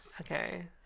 Okay